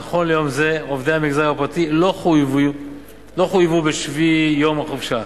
נכון ליום זה עובדי המגזר הפרטי לא חויבו בשווי יום חופשה,